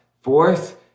fourth